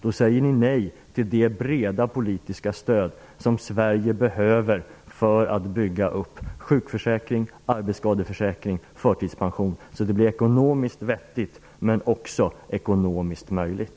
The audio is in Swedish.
Då säger ni nej till det breda politiska stöd som Sverige behöver för att bygga upp sjukförsäkring, arbetsskadeförsäkring och förtidspension på ett sätt som är ekonomiskt vettigt men också ekonomiskt möjligt.